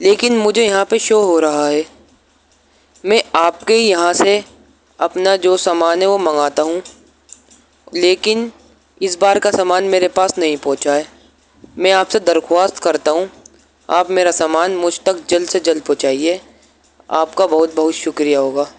لیکن مجھے یہاں پہ شو ہو رہا ہے میں آپ کے یہاں سے اپنا جو سامان ہے وہ منگاتا ہوں لیکن اس بار کا سامنا میرے پاس نہیں پہنچا ہے میں آپ سے درخواست کرتا ہوں آپ میرا سامان مجھ تک جلد سے جلد پہنچائیے آپ کا بہت بہت شکریہ ہوگا